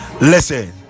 listen